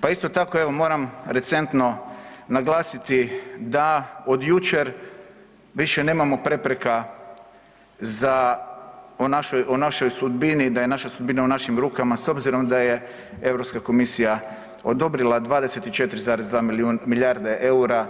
Pa isto tako evo moram recentno naglasiti da od jučer više nemamo prepreka za, o našoj, o našoj sudbini, da je naša sudbina u našim rukama s obzirom da je Europska komisija odobrila 24,2 milijarde EUR-a